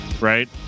right